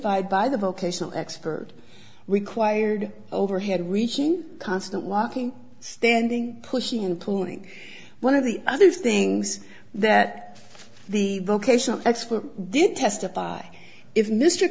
d by the vocational expert required overhead reaching constant walking standing pushing and pulling one of the other things that the vocational expert did testify if mr